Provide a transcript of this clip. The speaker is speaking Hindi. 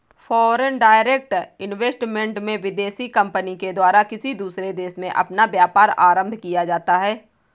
फॉरेन डायरेक्ट इन्वेस्टमेंट में विदेशी कंपनी के द्वारा किसी दूसरे देश में अपना व्यापार आरंभ किया जाता है